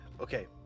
Okay